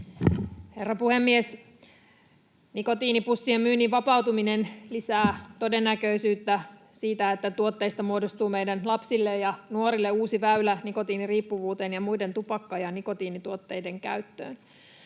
Herra puhemies! Nikotiinipussien myynnin vapautuminen lisää todennäköisyyttä siitä, että tuotteista muodostuu meidän lapsille ja nuorille uusi väylä nikotiiniriippuvuuteen ja muiden tupakka- ja nikotiinituotteiden käyttöön.